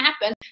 happen